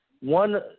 one